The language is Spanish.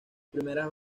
primeras